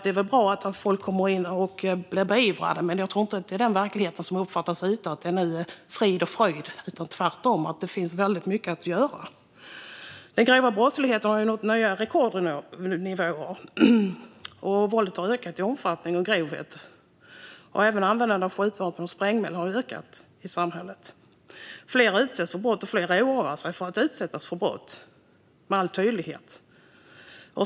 Det är bra att folk låses in och att brott blir beivrade. Men det är inte den verklighet som finns där ute, och jag tror inte att det uppfattas som att det nu är frid och fröjd. Tvärtom finns det mycket att göra. Den grova brottsligheten har nått nya rekordnivåer. Våldet har ökat i omfattning och grovhet. Även användandet av skjutvapen och sprängmedel har ökat i samhället. Fler utsätts för brott, och fler oroar sig med all tydlighet för att utsättas för brott.